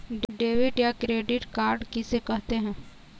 Debit या credit card किसे कहते हैं?